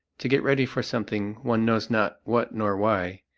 to get ready for something, one knows not what nor why,